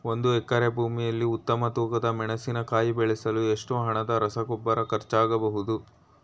ಒಂದು ಎಕರೆ ಭೂಮಿಯಲ್ಲಿ ಉತ್ತಮ ತೂಕದ ಮೆಣಸಿನಕಾಯಿ ಬೆಳೆಸಲು ಎಷ್ಟು ಹಣದ ರಸಗೊಬ್ಬರ ಖರ್ಚಾಗಬಹುದು?